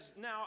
Now